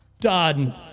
done